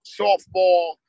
softball